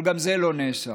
אבל גם זה לא נעשה.